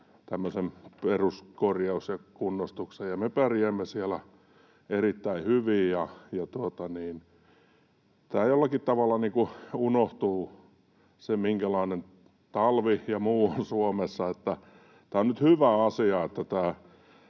tämmöisen peruskorjauskunnostuksen, ja me pärjäämme siellä erittäin hyvin. Jollakin tavalla unohtuu se, minkälainen talvi ja muu on Suomessa — että tämä on nyt hyvä asia, että tämä